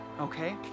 Okay